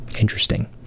Interesting